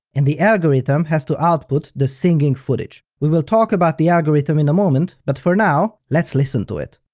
and the algorithm has to output the singing footage. we will talk about the algorithm in a moment, but for now, let's listen to it.